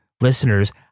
listeners